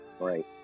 right